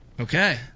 Okay